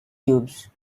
cubes